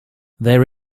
there